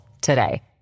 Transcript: today